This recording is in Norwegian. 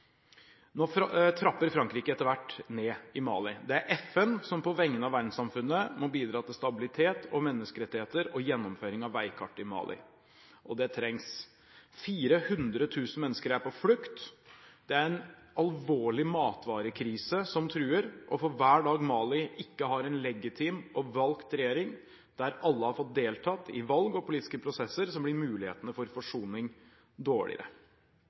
Nå trapper Frankrike etter hvert ned i Mali. Det er FN, som på vegne av verdenssamfunnet, må bidra til stabilitet og menneskerettigheter og gjennomføring av veikartet i Mali. Det trengs. 400 000 mennesker er på flukt. En alvorlig matvarekrise truer, og for hver dag Mali ikke har en legitim og valgt regjering der alle har fått deltatt i valg og politiske prosesser, blir mulighetene for en forsoning dårligere.